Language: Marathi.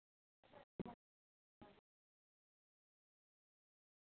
आणि मी पण माझ्या मम्मी वगैरेला विचारते कुठे जायचं काय जायचं